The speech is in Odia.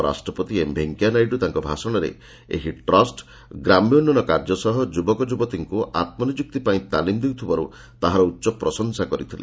ଉପରାଷ୍ଟ୍ରପତି ଏମ୍ଭେଙ୍କୟାନାଇଡ଼ୁ ତାଙ୍କ ଭାଷଣରେ ଏହି ଟ୍ରଷ୍ଟ ଗ୍ରାମ୍ୟ ଉନ୍ନୟନ କାର୍ଯ୍ୟ ସହ ଯୁବକ ଯୁବତୀମାନଙ୍କୁ ଆତ୍ମନିଯୁକ୍ତି ପାଇଁ ତାଲିମ ଦେଉଥିବାରୁ ତାହାର ଉଚ୍ଚ ପ୍ରଶଂସା କରିଥିଲେ